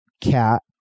cat